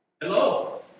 Hello